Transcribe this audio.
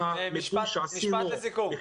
משפט לסיכום.